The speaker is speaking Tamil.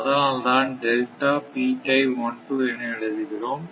அதனால்தான் என எழுதுகிறோம்